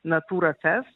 natūra fest